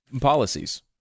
policies